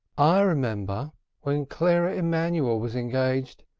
i remember when clara emanuel was engaged,